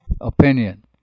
opinion